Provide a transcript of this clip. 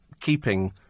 keeping